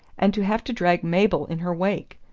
and to have to drag mabel in her wake!